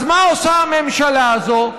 אז מה עושה הממשלה הזאת?